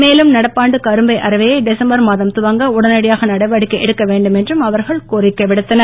மேலும் நடப்பாண்டு கரும்பு அரவையை டிசம்பர் மாதம் துவங்க உடனடியாக நடவடிக்கை எடுக்க வேண்டும் என்றும் அவர்கள் கோரிக்கை விடுத்தனர்